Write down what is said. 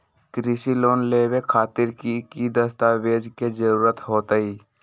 कृषि लोन लेबे खातिर की की दस्तावेज के जरूरत होतई?